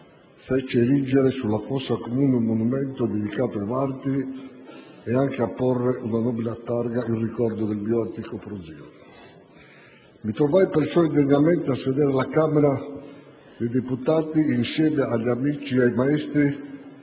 fece erigere sulla fossa comune un monumento dedicato ai martiri e anche apporre una nobile targa in ricordo del mio antico prozio. Mi trovai perciò, indegnamente, a sedere alla Camera dei deputati, insieme agli amici e maestri